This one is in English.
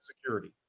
security